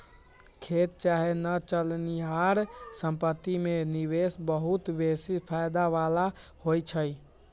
खेत चाहे न चलनिहार संपत्ति में निवेश बहुते बेशी फयदा बला होइ छइ